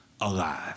alive